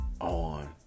on